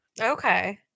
Okay